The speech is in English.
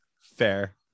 Fair